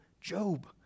Job